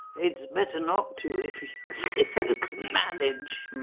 it's better not to if you can manage